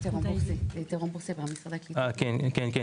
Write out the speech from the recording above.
כן.